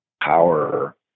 power